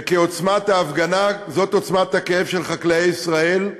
וכעוצמת ההפגנה כן עוצמת הכאב של חקלאי ישראל.